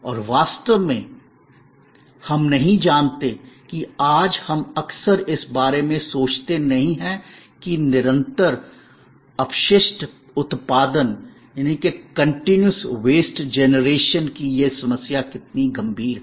और वास्तव में हम नहीं जानते कि आज हम अक्सर इस बारे में सोचते नहीं हैं कि निरंतर अपशिष्ट उत्पादन continuous waste generation continuous waste generation की यह समस्या कितनी गंभीर है